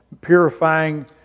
purifying